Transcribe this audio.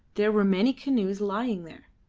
there were many canoes lying there,